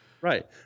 Right